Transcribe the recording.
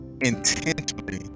intentionally